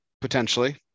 potentially